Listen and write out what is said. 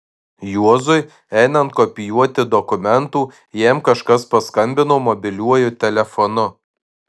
juozui einant kopijuoti dokumentų jam kažkas paskambino mobiliuoju telefonu